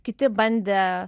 kiti bandė